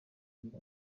bacu